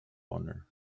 honor